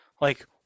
Like-